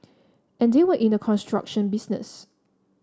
and they were in the construction business